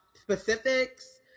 specifics